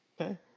okay